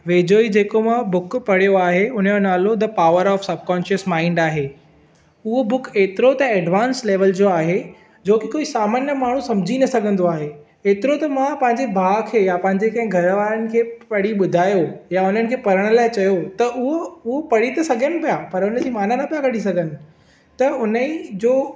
वेझो ई जेको मां बुक पढ़ियो आहे उनजो नालो the power of subconscious mind आहे उहो बुक ऐतिरो त एडवांस लेवल जो आहे जो की कोई सामान्य माण्हू सम्झी न सघंदो आहे ऐतिरो त मां पंहिंजे भाउ खे या पंहिंजे कंहिं घरवारनि खे पढ़ी बु॒धायो या उन्हनि खे पढ़ण लाइ चयो त उहो पढ़ी त सघनि पिया पर उनजी माना न पिया कढी सघनि त उन्हीअ जो